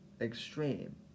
extreme